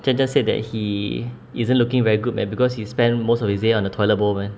jen just said that he isn't looking very good man because he spent most of his day on the toilet bowl man